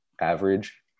average